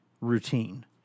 routine